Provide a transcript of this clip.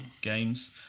games